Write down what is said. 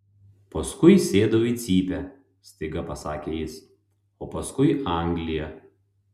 paskui sėdau į cypę staiga pasakė jis o paskui anglija